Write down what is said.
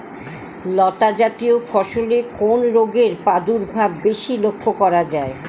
লতাজাতীয় ফসলে কোন রোগের প্রাদুর্ভাব বেশি লক্ষ্য করা যায়?